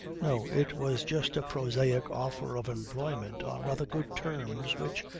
no, it was just a prosaic offer of employment on rather good terms which,